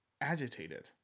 agitated